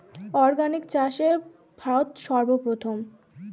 organic চাষে ভারত সর্বপ্রথম